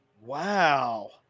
Wow